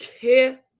care